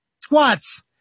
Squats